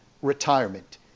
retirement